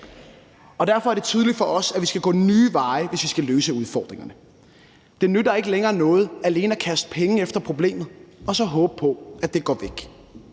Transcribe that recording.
og derfor er det tydeligt for os, at vi skal gå nye veje, hvis vi skal løse udfordringerne. Det nytter ikke længere noget alene at kaste penge efter problemet og så håbe på, at det går væk,